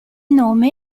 nome